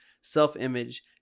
self-image